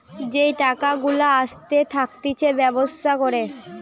যেই টাকা গুলা আসতে থাকতিছে ব্যবসা করে